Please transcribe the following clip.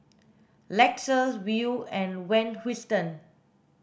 Lexus Viu and Van Houten